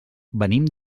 venim